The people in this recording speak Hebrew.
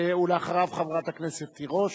ואחריו, חברת הכנסת תירוש.